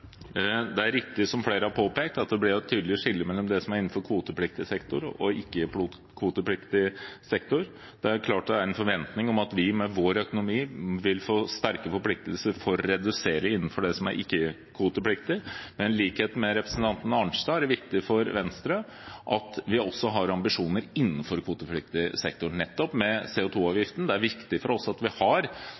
sektor. Det er klart det er en forventning om at vi med vår økonomi vil få sterke forpliktelser for å redusere innenfor det som er ikke-kvotepliktig, men i likhet med representanten Arnstad er det viktig også for Venstre at vi har ambisjoner innenfor kvotepliktig sektor, nettopp med CO2-avgiften. Det er viktig for oss at vi har